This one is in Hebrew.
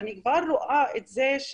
אני כבר רואה את זה.